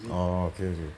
orh okay okay